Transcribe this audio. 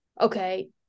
okay